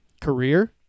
career